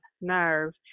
nerve